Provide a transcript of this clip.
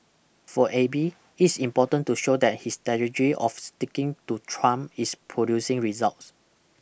for Abe it's important to show that his strategy of sticking to Trump is producing results